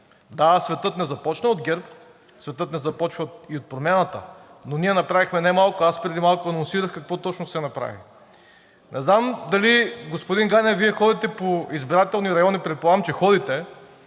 Да, светът не започна от ГЕРБ, светът не започва и от Промяната, но ние направихме немалко. Аз преди малко анонсирах какво точно се направи. Не знам дали Вие, господин Ганев, ходите по избирателни райони – предполагам, че ходите